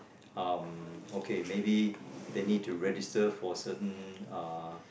um okay maybe they need to register for certain uh